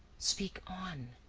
speak on.